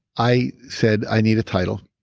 i said i need a title